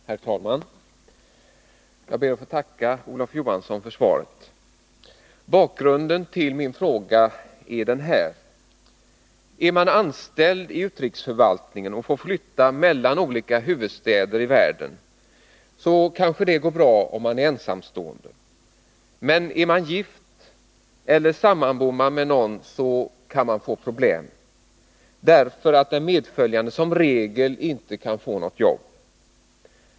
Herr talman! Jag ber att få tacka Olof Johansson för svaret. Bakgrunden till min fråga är denna: Om man är anställd i utrikesförvaltningen får man flytta mellan olika huvudstäder i världen, vilket kanske går bra om man är ensamstående. Men om man är gift eller om man sammanbor med någon, så kan det bli problem därför att den medföljande som regel inte kan få något jobb.